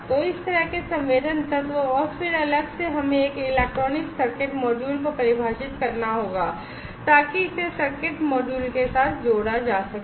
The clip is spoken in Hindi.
तो इस तरह के संवेदन तत्व और फिर अलग से हमें एक इलेक्ट्रॉनिक सर्किट मॉड्यूल को परिभाषित करना होगा ताकि इसे सर्किट मॉड्यूल के साथ जोड़ा जा सके